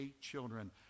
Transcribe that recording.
children